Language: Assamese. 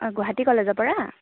অঁ গুৱাহাটী কলেজৰ পৰা